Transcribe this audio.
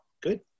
good